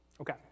Okay